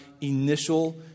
initial